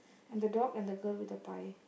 and the dog and the girl with the pie